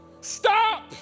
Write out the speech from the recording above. Stop